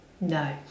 no